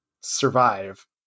survive